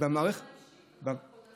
וגם ברמה